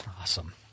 Awesome